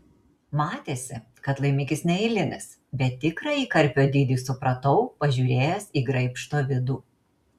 matėsi kad laimikis neeilinis bet tikrąjį karpio dydį supratau pažiūrėjęs į graibšto vidų